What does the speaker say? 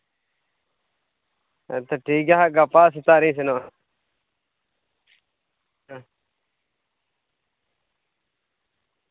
ᱦᱮᱸᱛᱚ ᱴᱷᱤᱠᱜᱮᱭᱟ ᱦᱟᱸᱜ ᱜᱟᱯᱟ ᱥᱮᱛᱟᱜ ᱨᱮᱧ ᱥᱮᱱᱚᱜᱼᱟ ᱦᱮᱸ